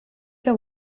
que